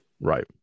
right